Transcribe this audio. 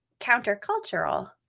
countercultural